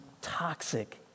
toxic